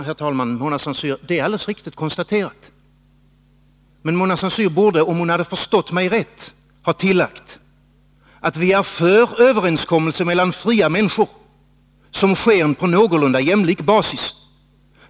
Herr talman! Det är alldeles riktigt konstaterat, men Mona Saint Cyr borde, om hon hade förstått mig rätt, ha tillagt att vi är för överenskommelser mellan fria människor som sker på någorlunda jämlik basis.